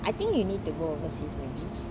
I think you need to go overseas